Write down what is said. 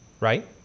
right